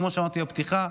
כמו שאמרתי בפתיחה,